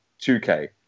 2K